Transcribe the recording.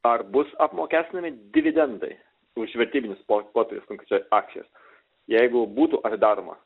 ar bus apmokestinami dividendai už vertybinius po popierius konkrečiai akcijas jeigu būtų atidaroma